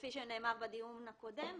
כפי שנאמר בדיון הקודם,